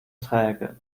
träge